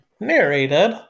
narrated